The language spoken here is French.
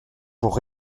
pour